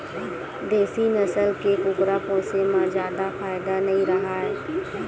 देसी नसल के कुकरा पोसे म जादा फायदा नइ राहय